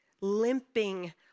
limping